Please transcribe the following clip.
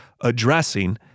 addressing